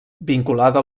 vinculada